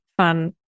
fun